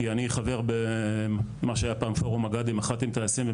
אני חבר במה שהיה פעם פורום מגדים אחת עם טייסים.